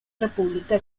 república